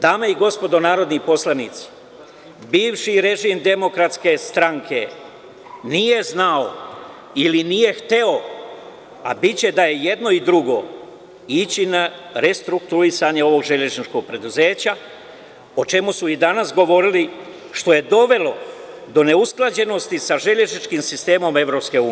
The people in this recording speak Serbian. Dame i gospodo narodni poslanici, bivši režim DS nije znao ili nije hteo, a biće da je i jedno i drugo, ići na restrukturisanje ovog železničkog preduzeća, o čemu su i danas govorili, što je dovelo do neusklađenosti sa železničkim sistemom EU.